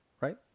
right